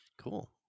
Cool